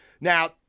Now